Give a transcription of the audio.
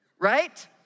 right